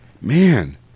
man